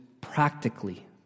practically